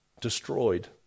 destroyed